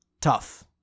Tough